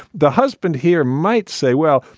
the husband here might say, well,